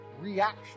reaction